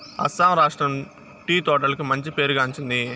అస్సాం రాష్ట్రం టీ తోటలకు మంచి పేరు గాంచింది